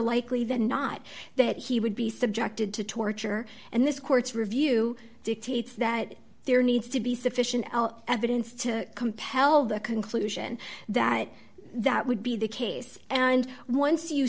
likely than not that he would be subjected to torture and this court's review dictates that there needs to be sufficient evidence to compel the conclusion that that would be the case and once you